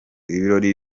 ibirori